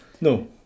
No